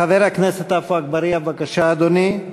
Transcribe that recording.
חבר הכנסת עפו אגבאריה, בבקשה, אדוני.